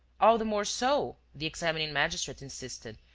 all the more so, the examining magistrate insisted,